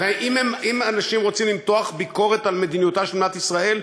אם אנשים רוצים למתוח ביקורת על מדיניות מדינת ישראל,